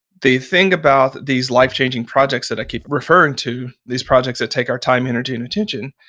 the thing about these life-changing projects that i keep referring to, these projects that take our time, energy and attention,